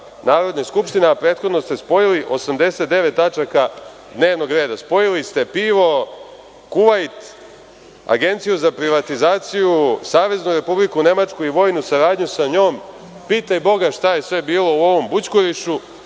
Narodne skupštine, a prethodno ste spojili 89 tačaka dnevnog reda. Spojili ste pivo, Kuvajt, Agenciju sa privatizaciju, Saveznu Republiku Nemačku i vojnu saradnju sa njom. Pitaj boga šta je sve bilo u ovom bućkurišu